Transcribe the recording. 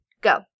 go